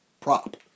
prop